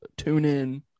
TuneIn